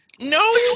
No